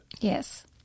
Yes